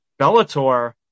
Bellator